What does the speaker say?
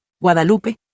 Guadalupe